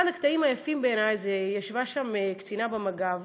אחד הקטעים היפים בעיניי זה, ישבה קצינה במג"ב,